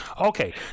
Okay